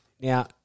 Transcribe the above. Now